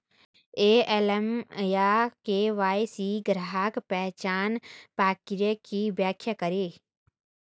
AML या KYC में ग्राहक पहचान प्रक्रिया की व्याख्या करें?